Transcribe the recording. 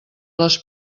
les